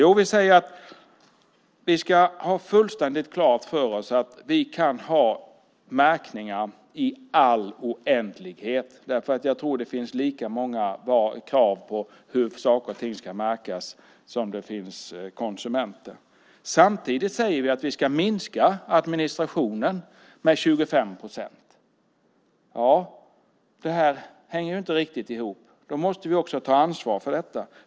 Jo, att vi ska ha fullständigt klart för oss att vi kan ha märkningar i all oändlighet. Jag tror att det finns lika många krav på hur saker och ting ska märkas som det finns konsumenter. Samtidigt säger vi att vi ska minska administrationen med 25 procent. Det här går inte riktigt ihop. Då måste vi också ta ansvar för detta.